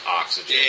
oxygen